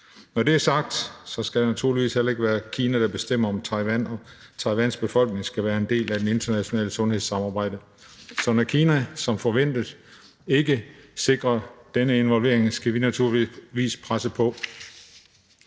Når det er sagt, skal det naturligvis heller ikke være Kina, der bestemmer, om Taiwan og Taiwans befolkning skal være en del af det internationale sundhedssamarbejde. Så når Kina som forventet ikke sikrer den involvering, skal vi naturligvis presse på.